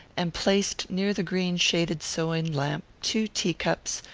and placed near the green-shaded sewing lamp two tea-cups,